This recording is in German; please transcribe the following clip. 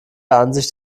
ansicht